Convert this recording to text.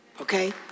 okay